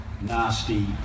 nasty